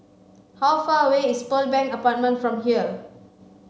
how far away is Pearl Bank Apartment from here